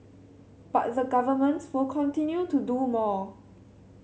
but the Government will continue to do more